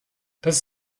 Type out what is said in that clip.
das